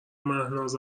مهناز